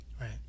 Right